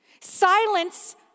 Silence